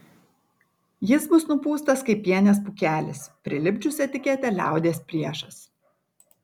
jis bus nupūstas kaip pienės pūkelis prilipdžius etiketę liaudies priešas